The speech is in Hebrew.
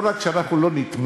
לא רק שאנחנו לא נתמוך,